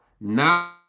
now